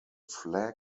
flag